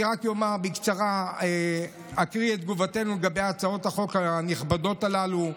אני אקריא את תגובתנו לגבי הצעות החוק הנכבדות הללו: